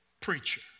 preacher